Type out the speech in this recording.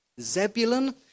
Zebulun